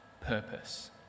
purpose